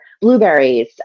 Blueberries